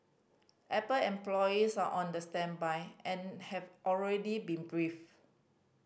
apple employees are on the standby and have already been briefed